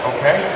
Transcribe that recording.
Okay